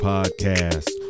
Podcast